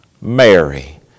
Mary